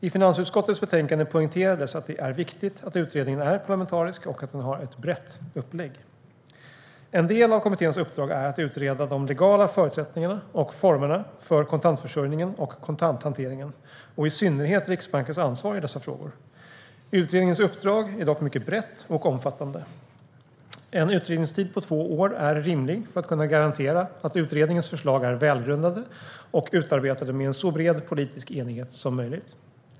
I finansutskottets betänkande poängterades att det är viktigt att utredningen är parlamentarisk och att den har ett brett upplägg. En del av kommitténs uppdrag är att utreda de legala förutsättningarna och formerna för kontantförsörjningen och kontanthanteringen och i synnerhet Riksbankens ansvar i dessa frågor. Utredningens uppdrag är dock mycket brett och omfattande. En utredningstid på två år är rimlig för att kunna garantera att utredningens förslag är välgrundade och utarbetade med en så bred politisk enighet som möjligt.